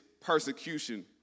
persecution